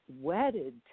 wedded